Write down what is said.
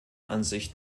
ansicht